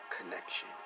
connection